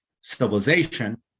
civilization